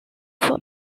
for